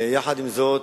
עם זאת,